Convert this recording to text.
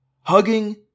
hugging